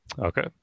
okay